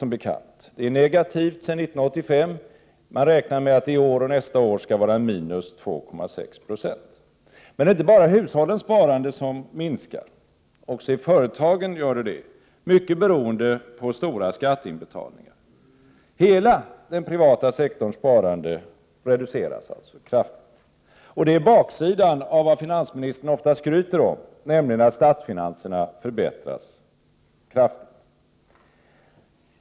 Det är negativt sedan 1985, och man räknar med att det i år och nästa år skall vara minus 2,6 9. Men det är inte bara i hushållen som sparandet minskar, det minskar också i företagen, mycket beroende på stora skatteinbetalningar. Hela den privata sektorns sparande reduceras alltså kraftigt. Det är baksidan av vad finansministern ofta skryter med, nämligen att statsfinanserna förbättrats kraftigt.